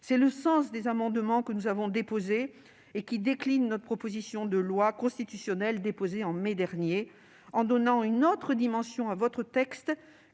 C'est le sens des deux amendements que nous avons déposés et qui déclinent notre proposition de loi constitutionnelle déposée en mai dernier, en donnant une autre dimension à votre texte,